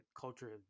culture